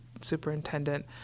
superintendent